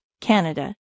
Canada